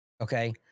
Okay